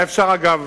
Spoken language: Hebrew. היה אפשר, אגב,